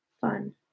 fun